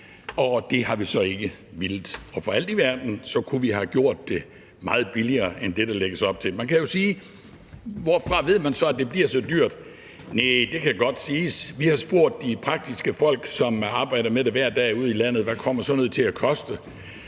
og det har vi så ikke villet, og for alt i verden kunne vi have gjort det meget billigere end det, der lægges op til. Man kan jo spørge: Hvorfra ved man så at det bliver så dyrt? Næh, det kan godt siges. Vi har spurgt de praktiske folk, som arbejder med det hver dag ude i landet, hvad sådan noget kommer til at koste,